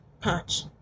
patch